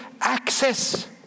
access